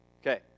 Okay